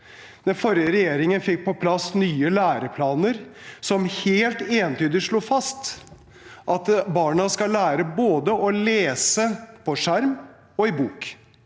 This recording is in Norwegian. Den forrige regjeringen fikk på plass nye læreplaner, som helt entydig slo fast at barna skal lære å lese både på skjerm og i bok.